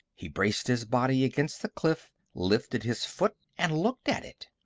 he braced his body against the cliff, lifted his foot, and looked at it.